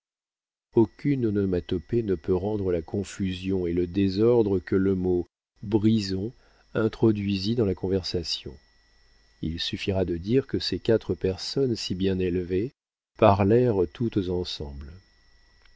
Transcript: aucune onomatopée ne peut rendre la confusion et le désordre que le mot brisons introduisit dans la conversation il suffira de dire que ces quatre personnes si bien élevées parlèrent toutes ensemble